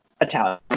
Italian